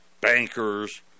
Bankers